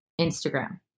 Instagram